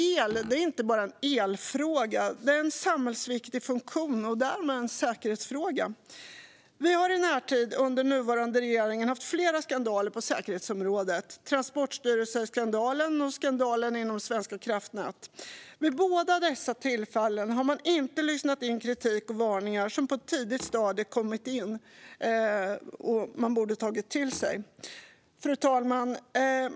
El är inte bara en elfråga; det är en samhällsviktig funktion och därmed en säkerhetsfråga. Vi har i närtid under nuvarande regering haft flera skandaler på säkerhetsområdet: Transportstyrelseskandalen och skandalen inom Svenska kraftnät. Vid båda dessa tillfällen har man inte lyssnat på kritik och varningar som på ett tidigt stadium har kommit in och som man borde ha tagit till sig. Fru talman!